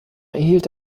erhielt